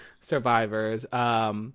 survivors